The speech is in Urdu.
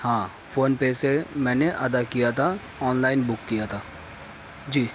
ہاں فون پے سے میں نے ادا کیا تھا آن لائن بک کیا تھا جی